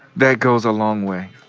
that goes a long way.